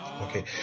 Okay